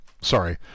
Sorry